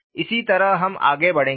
इसी तरह हम आगे बढ़ेंगे